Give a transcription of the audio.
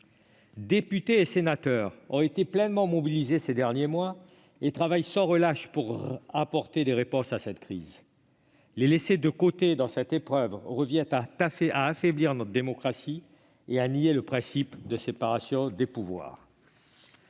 Députés et sénateurs ont été pleinement mobilisés ces derniers mois et travaillent sans relâche pour apporter des réponses à cette crise. Les laisser de côté dans cette épreuve revient à affaiblir notre démocratie et à nier le principe de séparation des pouvoirs.